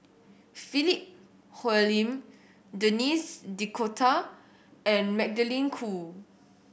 Philip Hoalim Denis D'Cotta and Magdalene Khoo